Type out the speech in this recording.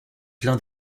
plein